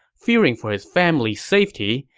fearing for his family's safety,